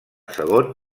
segon